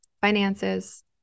finances